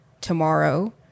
tomorrow